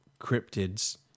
cryptids